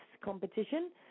competition